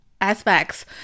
aspects